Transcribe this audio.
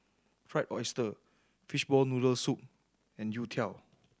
Fried Oyster fishball noodle soup and youtiao